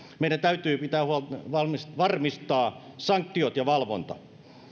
meidän täytyy varmistaa sanktiot ja valvonta